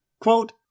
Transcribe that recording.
Quote